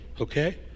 okay